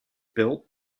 built